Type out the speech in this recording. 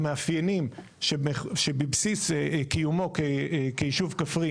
המאפיינים שבסיס קיומו כיישוב כפרי